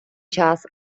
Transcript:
час